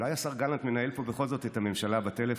אולי השר גלנט מנהל פה בכל זאת את הממשלה בטלפון.